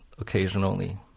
occasionally